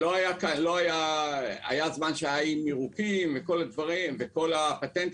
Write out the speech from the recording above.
בזמן מסוים היו איים ירוקים וכל הפטנטים